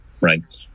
right